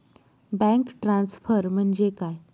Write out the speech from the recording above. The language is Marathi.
बँक ट्रान्सफर म्हणजे काय?